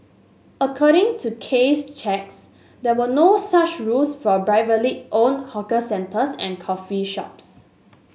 according to case checks there were no such rules for privately owned hawker centres and coffee shops